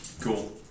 Cool